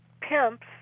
pimps